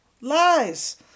Lies